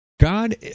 God